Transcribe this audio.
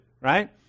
right